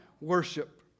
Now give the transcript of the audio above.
worship